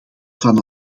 van